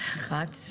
רגע.